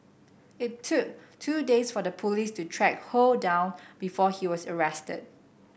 it took two days for the police to track Ho down before he was arrested